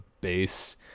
base